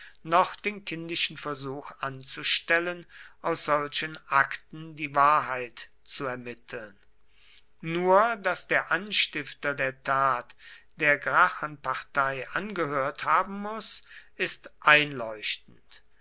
noch den kindischen versuch anzustellen aus solchen akten die wahrheit zu ermitteln nur daß der anstifter der tat der gracchenpartei angehört haben muß ist einleuchtend